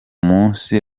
musi